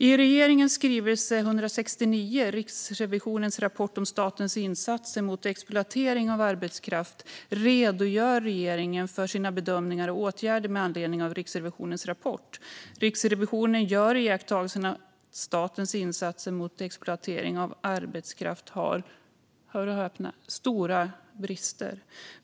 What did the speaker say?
I regeringens skrivelse 2020/21:169 om Riksrevisionens rapport om statens insatser mot exploatering av arbetskraft redogör regeringen för sina bedömningar och åtgärder med anledning av rapporten. Riksrevisionen gör iakttagelsen att statens insatser mot exploatering av arbetskraft har - hör och häpna - stora brister.